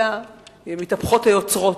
אלא מתהפכים היוצרות,